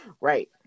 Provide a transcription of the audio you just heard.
Right